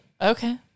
okay